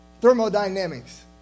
Thermodynamics